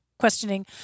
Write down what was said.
questioning